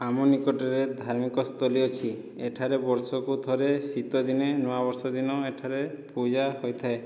ଆମ ନିକଟରେ ଧାର୍ମିକ ସ୍ଥଳି ଅଛି ଏଠାରେ ବର୍ଷକୁ ଥରେ ଶୀତ ଦିନେ ନୂଆ ବର୍ଷ ଦିନ ଏଠାରେ ପୂଜା ହୋଇଥାଏ